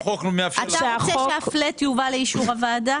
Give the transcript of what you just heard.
אתה רוצה שהפלט יובא לאישור הוועדה?